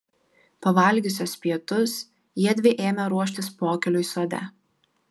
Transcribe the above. pavalgiusios pietus jiedvi ėmė ruoštis pokyliui sode